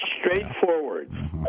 straightforward